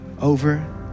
Over